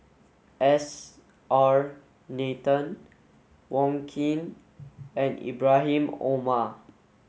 S R Nathan Wong Keen and Ibrahim Omar